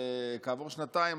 כעבור שנתיים,